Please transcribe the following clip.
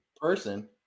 person